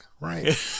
right